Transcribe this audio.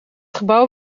gebouw